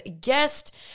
guest